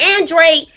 Andre